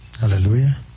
hallelujah